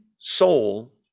soul